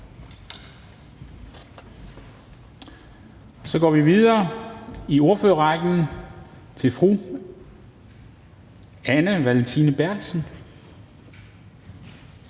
Så går vi videre i ordførerrækken til fru Anne Valentina Berthelsen,